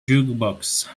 jukebox